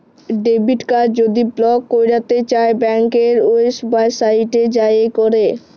debit card যদি block ক্যইরতে চাই ব্যাংকের ওয়েবসাইটে যাঁয়ে ক্যরে